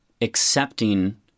accepting